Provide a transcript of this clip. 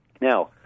Now